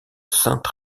sainte